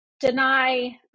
deny